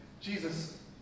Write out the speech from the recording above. Jesus